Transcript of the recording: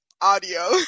audio